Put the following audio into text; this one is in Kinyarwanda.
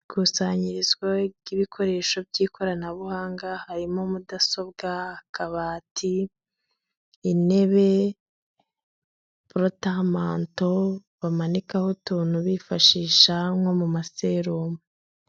Ikusanyirizwa ry'ibikoresho by'ikoranabuhanga harimo mudasobwa, akabati, intebe, protemanto bamanikaho utuntu bifashisha nko mumaseromu.